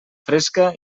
fresca